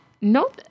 No